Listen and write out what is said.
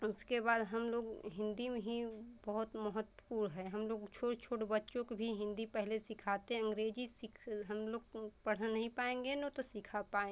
और उसके बाद हम लोग हिन्दी में भी बहुत महत्वपूर्ण है हम लोग छोटे छोटे बच्चों को भी हिन्दी पहले सिखाते हैं अंग्रेज़ी सिख हम लोग तो पढ़ नहीं पाएँगे ना तो सिखा पाएंगे